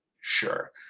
Sure